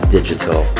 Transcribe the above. Digital